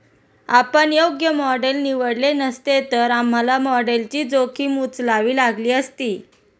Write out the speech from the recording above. आपण योग्य मॉडेल निवडले नसते, तर आम्हाला मॉडेलची जोखीम उचलावी लागली असती